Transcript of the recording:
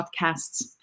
podcasts